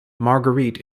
marguerite